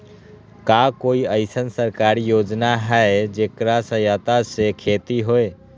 का कोई अईसन सरकारी योजना है जेकरा सहायता से खेती होय?